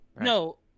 no